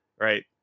Right